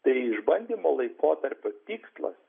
tai išbandymo laikotarpio tikslas